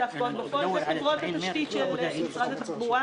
ההפקעות בפועל זה חברות התשתית של משרד התחבורה,